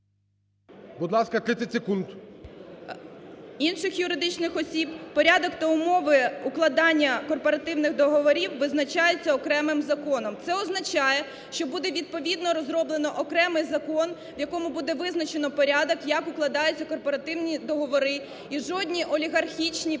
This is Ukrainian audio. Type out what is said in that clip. Будь ласка, 30 секунд. СОТНИК О.С. "… інших юридичних осіб, порядок та умови укладання корпоративних договорів визначаються окремим Законом". Це означає, що буде відповідно розроблено окремий Закон, в якому буде визначено порядок, як укладаються корпоративні договори, і жодні олігархічні представники